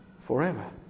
Forever